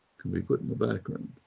can be put in the background.